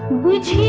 reach